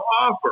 offer